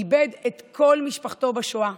איבד את כל משפחתו בשואה,